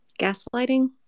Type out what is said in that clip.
Gaslighting